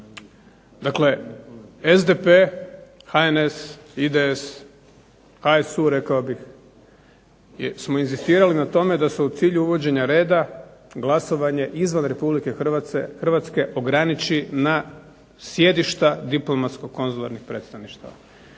Dakle, SDP, HNS, IDS, HSU smo inzistirali na tome da su cilju uvođenja reda glasovanje izvan Republike Hrvatske ograniči na sjedišta diplomatsko-konzularnih predstavništava,